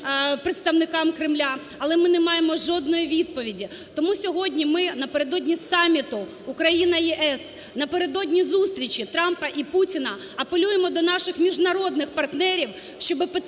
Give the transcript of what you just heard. представникам Кремля, але ми не маємо жодної відповіді. Тому сьогодні ми напередодні саміту Україна-ЄС, напередодні зустрічі Трампа і Путіна апелюємо до наших міжнародних партнерів, щоб питання